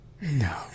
no